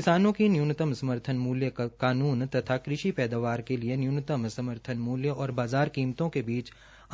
किसानों को न्यूनतम समर्थन मूल्य कानून तथा कृषि पैदावार के लिए न्यूनतम समर्थन मूल्य और बाज़ार कीमतों के बीच